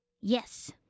yes